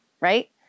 Right